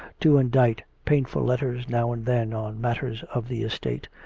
to indite painful letters now and then on matters of the estate,